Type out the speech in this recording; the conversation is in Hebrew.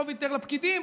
לא ויתר לפקידים